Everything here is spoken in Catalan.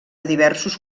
diversos